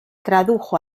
tradujo